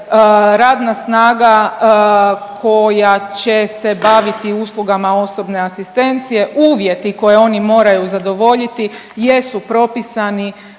radna snaga koja će se baviti uslugama osobne asistencije, uvjeti koje oni moraju zadovoljiti jesu propisani